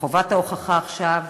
וחובת ההוכחה עכשיו